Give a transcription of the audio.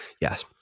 yes